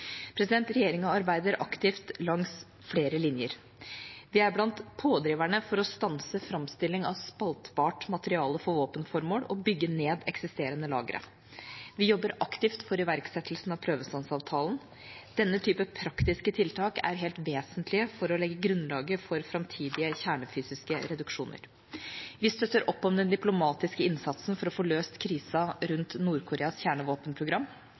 Regjeringa arbeider aktivt langs flere linjer. Vi er blant pådriverne for å stanse framstilling av spaltbart materiale for våpenformål og bygge ned eksisterende lagre. Vi jobber aktivt for iverksettelsen av prøvestansavtalen. Denne type praktiske tiltak er helt vesentlige for å legge grunnlaget for framtidige kjernefysiske reduksjoner. Vi støtter opp om den diplomatiske innsatsen for å få løst krisen rundt Nord-Koreas kjernevåpenprogram.